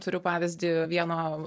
turiu pavyzdį vieno